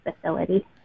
facility